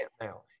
now